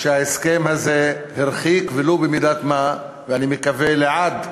שההסכם הזה הרחיק, ולו במידת מה, ואני מקווה לעד,